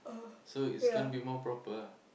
so it's gonna be more proper